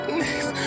next